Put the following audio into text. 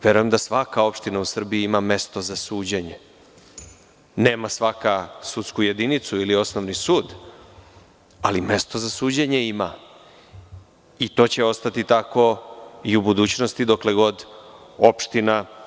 Verujem da svaka opština u Srbiji ima mesto za suđenje, nema svaka sudsku jedinicu ili osnovni sud, ali mesto za suđenje ima i to će ostati tako i u budućnosti dokle god opština postoji.